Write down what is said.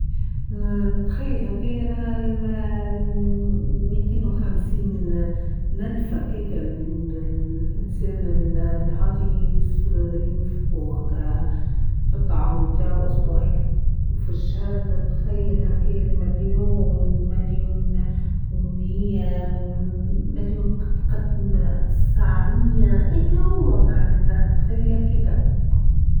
أنا أتخيل هاكايا أنا المال ميتين و خمسين نلفا كيكا الإنسان العادي ينفقو هاكا غي الطعام بتاعه إسبوعيا و في الشهر نتخيل هاكايا مليون مليون و ميه مليون قد قد ماااا تسعاميه إيكا هو معناتها نتخيل هاكيكا.